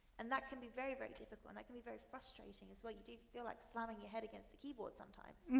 and that can be very, very difficult and that can be very frustrating, as well. you feel like slamming your head against the keyboard sometimes.